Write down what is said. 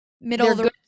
middle